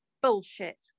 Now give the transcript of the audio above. bullshit